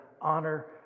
honor